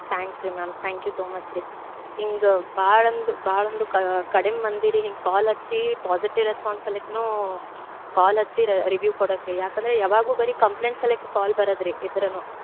thanks ರೀ ma'am thank you so much ರೀ ಹಿಂಗ್ ಭಾಳ ಅಂದು ಭಾಳ ಅಂದು ಕಡಿಮೆ ಮಂದಿ ರೀ ಹಿಂಗೆ ಕಾಲ್ ಹಚ್ಚಿ ಪಾಸಿಟಿವ್ ರೆಸ್ಪಾನ್ಸ್ ಸಲೇಕ್ನೂ ಕಾಲ್ ಹಚ್ಚಿ ರಿವ್ಯೂ ಕೊಡೋಕ್ಕೆ ಯಾಕಂದರೆ ಯಾವಾಗಲೂ ಬರೀ ಕಂಪ್ಲೇಂಟ್ಸ್ ಸಲೇಕೇ ಕಾಲ್ ಬರೋದ್ ರೀ ಇದ್ರೂ